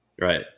Right